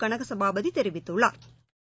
கனகசபாபதிதெரிவித்துள்ளாா்